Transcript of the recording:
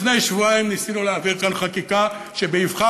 לפני שבועיים ניסינו להעביר כאן חקיקה שבאבחה